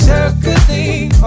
Circling